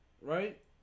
Right